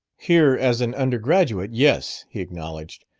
here as an undergraduate, yes, he acknowledged.